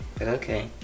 Okay